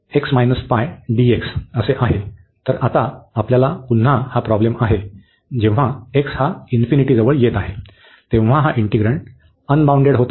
तर आता आपल्यास पुन्हा हा प्रॉब्लेम आहे जेव्हा x हा इन्फिनिटीजवळ येत आहे तेव्हा हा इंटिग्रण्ड अनबाउंडेड होत आहे